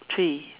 three